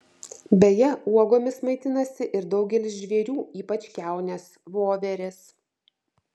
beje uogomis maitinasi ir daugelis žvėrių ypač kiaunės voverės